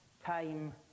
time